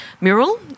mural